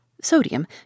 sodium